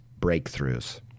breakthroughs